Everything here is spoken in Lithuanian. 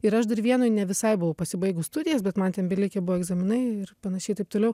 ir aš dar vienoj ne visai buvau pasibaigus studijas bet man ten belikę buvo egzaminai ir panašiai taip toliau